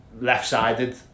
left-sided